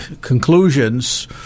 conclusions